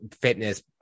fitness